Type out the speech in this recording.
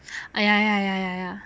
ya ya ya ya ya